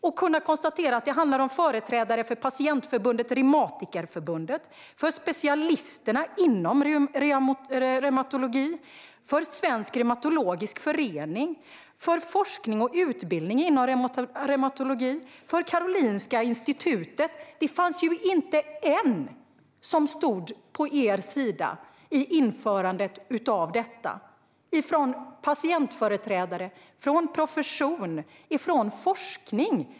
Då kan man konstatera att det handlar om företrädare för patientförbundet Reumatikerförbundet, specialisterna inom reumatologi, Svensk Reumatologisk Förening, forskning och utbildning inom reumatologi och Karolinska Institutet. Det fanns inte någon som stod på er sida i införandet av detta, vare sig patientföreträdare, profession eller forskning.